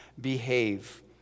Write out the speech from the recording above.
behave